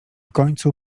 końcu